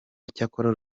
icyakora